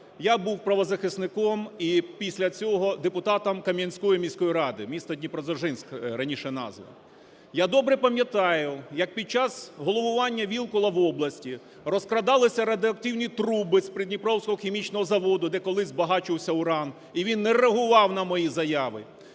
я був правозахисником і після цього депутатом Кам'янської міської ради місто Дніпродзержинськ – раніше назва. Я добре пам'ятаю як під час головування Вілкула в області розкрадалися радіоактивні труби з "Придніпровського хімічного заводу", де колись збагачувався уран, і він не реагував на мої заяви.